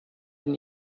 denn